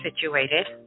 situated